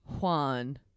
juan